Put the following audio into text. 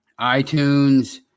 iTunes